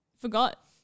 forgot